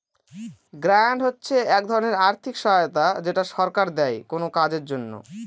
grant হচ্ছে এক ধরনের আর্থিক সহায়তা যেটা সরকার দেয় কোনো কাজের জন্য